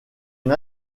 une